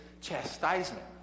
chastisement